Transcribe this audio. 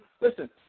Listen